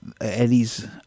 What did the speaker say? Eddie's